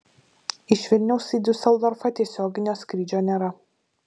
iš vilniaus į diuseldorfą tiesioginio skrydžio nėra